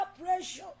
pressure